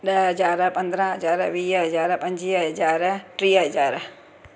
ॾह हज़ार पंद्रहं हज़ार वीह हज़ार पंजवीह हज़ार टीह हज़ार